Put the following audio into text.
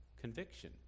conviction